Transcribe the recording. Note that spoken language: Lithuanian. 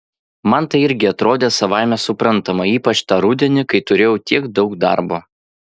man tai irgi atrodė savaime suprantama ypač tą rudenį kai turėjau tiek daug darbo